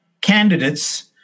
candidates